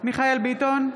מיכאל ביטון,